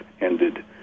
ended